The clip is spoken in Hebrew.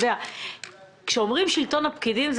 כשאומרים שלטון הפקידים,